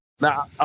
now